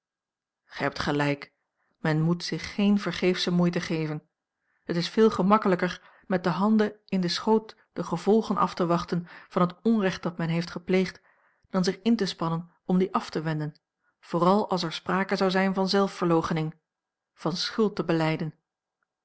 gij hebt gelijk men moet zich geene vergeefsche moeite geven het is veel gemakkelijker met de handen in den schoot de gevolgen af te wachten van het onrecht dat men heeft gepleegd dan zich in te spannen om die af te wenden vooral als er sprake zou zijn van zelfverloochening van schuld te